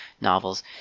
novels